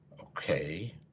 Okay